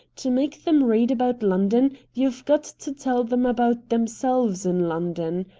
to make them read about london you've got to tell them about themselves in london.